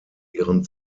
ihren